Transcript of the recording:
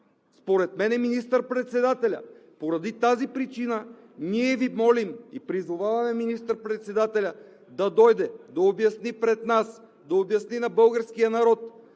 Според мен е министър председателят. Поради тази причина ние Ви молим и призоваваме министър-председателят да дойде да обясни пред нас, да обясни на българския народ